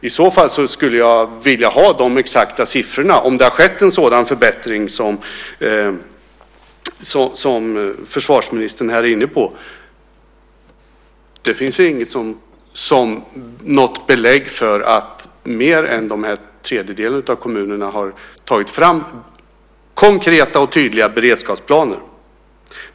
I så fall skulle jag vilja ha de exakta siffrorna - om det har skett en sådan förbättring som försvarsministern är inne på. Men det finns inte något belägg för att mer än den här tredjedelen av kommunerna har tagit fram konkreta och tydliga beredskapsplaner.